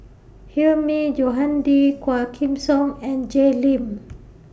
Hilmi Johandi Quah Kim Song and Jay Lim